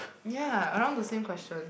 ya around the same question